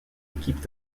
équipe